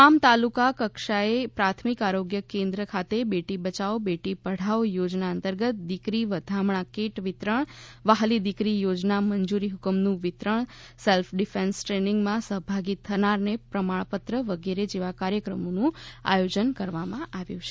તમામ તાલુકા કક્ષાએ પ્રાથમિક આરોગ્ય કેન્દ્ર ખાતે બેટી બયાવો બેટ પઢાઓ યોજના અંતર્ગત દિકરી વધામણા કીટ વિતરણ વ્હાલી દિકરી યોજના મંજૂરી હુકમનું વિતરણ સેલ્ફ ડિફેન્સ દ્રેનીંગમાં સહભાગી થનારને પ્રમાણપત્ર વગેરે જેવા કાર્યક્રમોનું આયોજન કરવામાં આવ્યું છે